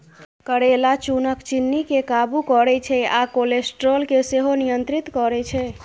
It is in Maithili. करेला खुनक चिन्नी केँ काबु करय छै आ कोलेस्ट्रोल केँ सेहो नियंत्रित करय छै